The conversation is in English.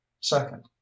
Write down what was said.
second